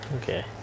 Okay